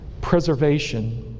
preservation